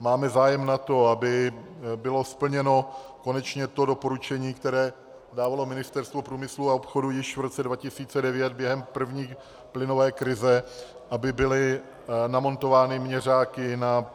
Máme zájem na tom, aby bylo splněno konečně to doporučení, které dávalo Ministerstvo průmyslu a obchodu již v roce 2009 během první plynové krize, aby byly namontovány měřáky na